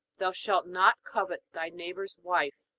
thou shalt not covet thy neighbor's wife.